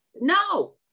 No